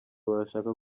barashaka